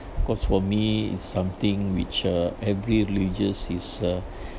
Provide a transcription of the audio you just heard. cause for me is something which uh every religious is a